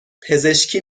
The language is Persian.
پزشکی